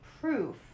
proof